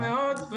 נשמח מאוד.